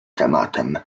tematem